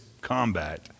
combat